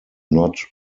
not